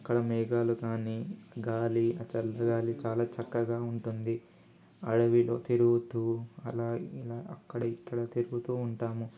అక్కడ మేఘాలు కానీ గాలి ఆ చల్లగాలి చాలా చక్కగా ఉంటుంది అడవిలో తిరుగుతూ అలా ఇలా అక్కడా ఇక్కడా తిరుగుతూ ఉంటాము